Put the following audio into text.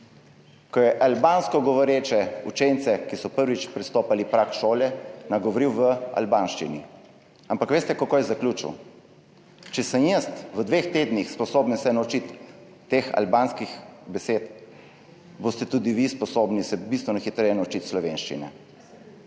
ko je albansko govoreče učence, ki so prvič prestopali prag šole, nagovoril v albanščini. Ampak veste, kako je zaključil? Če sem se jaz v dveh tednih sposoben naučiti teh albanskih besed, se boste tudi vi sposobni bistveno hitreje naučiti slovenščine.